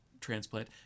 transplant